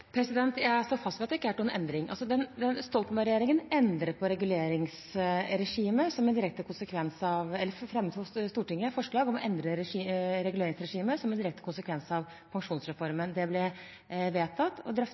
Jeg står fast ved at det ikke er gjort noen endring. Stoltenberg-regjeringen fremmet for Stortinget forslag om å endre reguleringsregimet, som en direkte konsekvens av